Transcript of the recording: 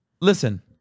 Listen